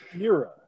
era